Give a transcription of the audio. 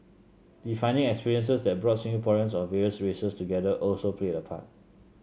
defining experiences that brought Singaporeans of various races together also played a part